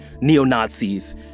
neo-Nazis